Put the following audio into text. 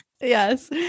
Yes